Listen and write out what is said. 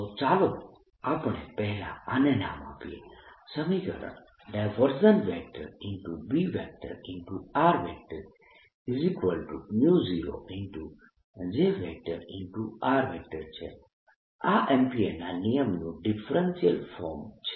તો ચાલો આપણે પહેલા આને નામ આપીએ સમીકરણ B0 J છે આ એમ્પીયરના નિયમનું ડિફરેન્શિયલ ફોર્મ છે